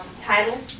title